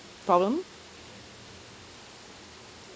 problem